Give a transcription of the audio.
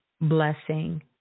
blessing